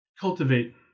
cultivate